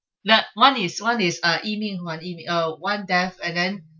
that one is one is uh it mean one in uh one death and then